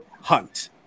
Hunt